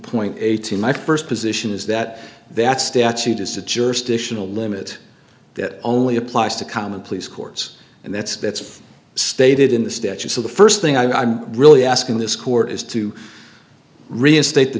point eighteen my first position is that that statute is a jurisdictional limit that only applies to common police courts and that's bits stated in the statute so the first thing i'm really asking this court is to reinstate the